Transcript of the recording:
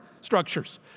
structures